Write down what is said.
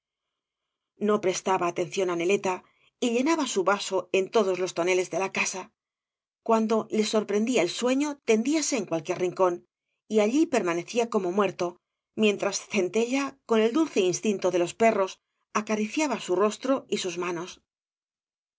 no prestaba atención á neleta y llenaba su vaso en todos los toneles de la casa cuando le sorprendía el sueño tendíase en cualquier rincón y allí permanecía como muerto mientras la ceitella con el dulce instinto de los perros acariciaba bu rostro y sus manos